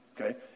okay